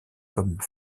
comme